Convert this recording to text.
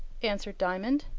answered diamond.